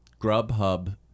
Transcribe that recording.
Grubhub